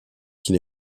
qu’il